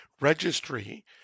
registry